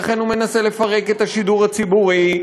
ולכן הוא מנסה לפרק את השידור הציבורי,